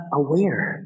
aware